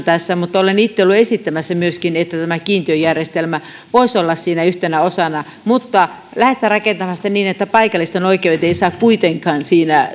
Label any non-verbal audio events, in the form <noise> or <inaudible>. <unintelligible> tässä mutta olen itse ollut esittämässä myöskin että tämä kiintiöjärjestelmä voisi olla siinä yhtenä osana mutta lähdetään rakentamaan sitä niin että paikallisten oikeudet eivät saa kuitenkaan siinä <unintelligible>